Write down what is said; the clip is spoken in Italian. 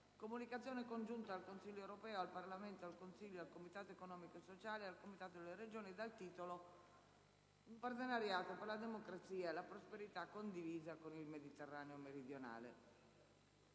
comunicazione congiunta al Consiglio europeo, al Parlamento europeo, al Consiglio, al Comitato economico e sociale europeo e al Comitato delle regioni dal titolo: "Un partenariato per la democrazia e la prosperità condivisa con il Mediterraneo meridionale"***